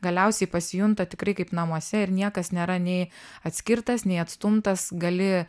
galiausiai pasijunta tikrai kaip namuose ir niekas nėra nei atskirtas nei atstumtas gali